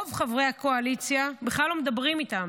רוב חברי הקואליציה בכלל לא מדברים איתן.